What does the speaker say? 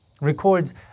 records